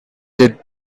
did